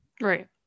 Right